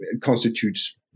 constitutes